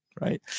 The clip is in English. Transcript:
Right